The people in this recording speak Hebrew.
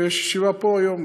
ויש פה ישיבה היום,